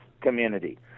community